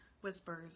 whispers